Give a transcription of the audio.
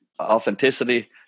authenticity